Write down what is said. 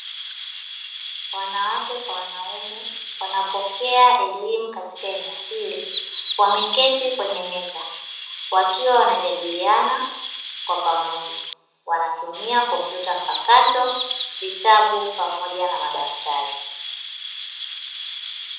Wanawake kwa wanaume wanapokea elimu katika eneo hili, wameketi kwenye meza. Wakiwa wanajadiliana kwa pamoja, wanatumia kompyuta mpakato, vitabu pamoja na madaftari.